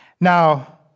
Now